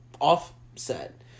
offset